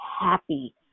happy